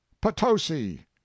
Potosi